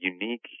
unique